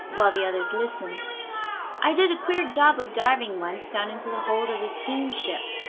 while the others listened i did a queer job of diving once down into the hold of a steamship,